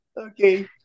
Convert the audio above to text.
Okay